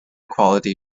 quality